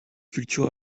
culture